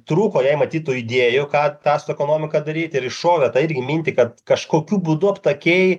trūko jai matyt tų idėjų ką tą su ekonomika daryt ir šovė tą irgi mintį kad kažkokiu būdu aptakiai